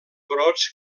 brots